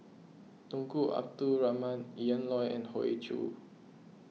Tunku Abdul Rahman Ian Loy and Hoey Choo